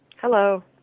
Hello